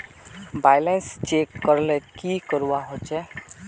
Balance check करले की करवा होचे?